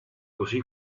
così